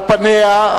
על פניה,